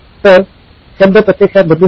तर शब्द प्रत्यक्षात बदलू शकतात